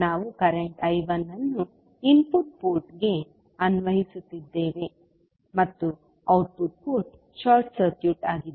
ನಾವು current I1 ಅನ್ನು input ಪೋರ್ಟ್ಗೆ ಅನ್ವಯಿಸುತ್ತಿದ್ದೇವೆ ಮತ್ತು ಔಟ್ಪುಟ್ ಪೋರ್ಟ್ ಶಾರ್ಟ್ ಸರ್ಕ್ಯೂಟ್ ಆಗಿದೆ